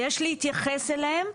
ויש להתייחס אליהם,